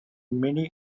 many